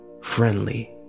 friendly